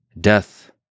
Death